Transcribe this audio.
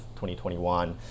2021